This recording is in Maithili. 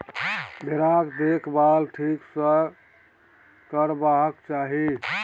भेराक देखभाल ठीक सँ करबाक चाही